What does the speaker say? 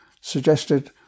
suggested